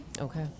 Okay